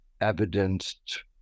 evidenced